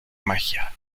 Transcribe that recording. magia